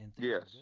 Yes